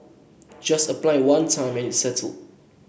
just apply one time and it's settled